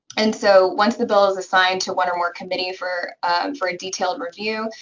and so once the bill is assigned to one or more committee for for a detailed review,